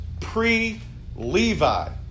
pre-Levi